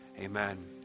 Amen